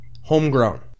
homegrown